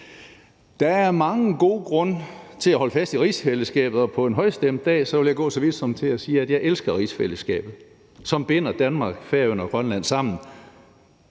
Der er mange gode grunde til at holde fast i rigsfællesskabet, og på en højstemt dag vil jeg gå så vidt som til at sige, at jeg elsker rigsfællesskabet, som binder Danmark, Færøerne og Grønland sammen.